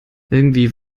irgendwie